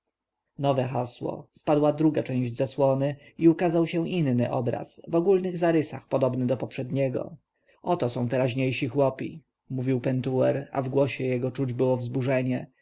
nowe hasło spadła druga część zasłony i ukazał się inny obraz w ogólnych zarysach podobny do poprzedniego oto są teraźniejsi chłopi mówił pentuer a w głosie jego czuć było wzburzenie